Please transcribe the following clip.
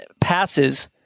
passes